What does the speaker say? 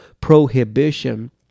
prohibition